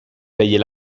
payer